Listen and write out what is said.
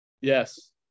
Yes